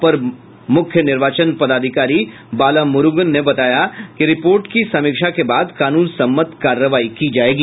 अपर मुख्य निर्वाचन पदाधिकारी बालामुरूगन ने बताया कि रिपोर्ट के समीक्षा के बाद कानून सम्मत कार्रवाई की जायेगी